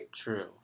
true